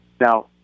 Now